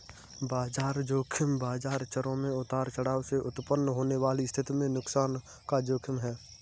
बाजार ज़ोखिम बाजार चरों में उतार चढ़ाव से उत्पन्न होने वाली स्थिति में नुकसान का जोखिम है